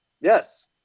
Yes